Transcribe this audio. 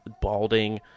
balding